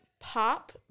pop